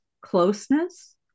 closeness